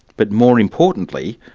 but more importantly,